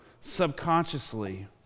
subconsciously